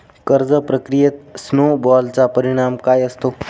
कर्ज प्रक्रियेत स्नो बॉलचा परिणाम काय असतो?